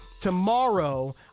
tomorrow